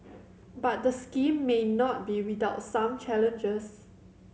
but the scheme may not be without some challenges